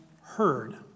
heard